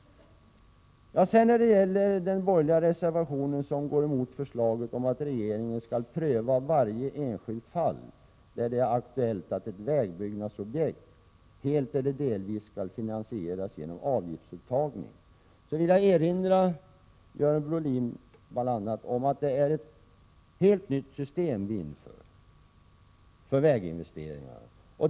När det sedan gäller den borgerliga reservationen som går emot förslaget om att regeringen skall pröva varje enskilt fall där det är aktuellt att ett vägbyggnadsobjekt helt eller delvis skall finansieras genom avgiftsupptagning, vill jag erinra bl.a. Görel Bohlin om att det är ett helt nytt system vi inför beträffande väginvesteringar.